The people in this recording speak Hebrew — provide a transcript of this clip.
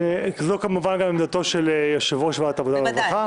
זו כמובן גם עמדתו של יושב-ראש ועדת העבודה והרווחה.